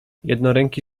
jednoręki